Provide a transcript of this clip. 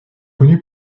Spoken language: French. connu